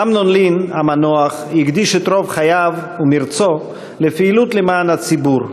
אמנון לין המנוח הקדיש את רוב חייו ומרצו לפעילות למען הציבור,